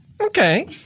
Okay